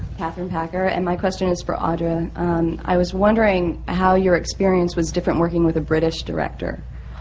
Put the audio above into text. katherine packer, and my question is for audra. and and um i was wondering how your experience was different, working with a british director?